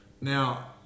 Now